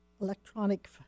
electronic